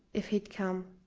if he'd come?